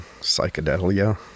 Psychedelia